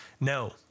no